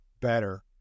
better